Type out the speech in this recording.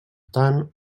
tant